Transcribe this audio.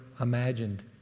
imagined